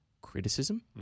criticism